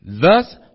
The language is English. Thus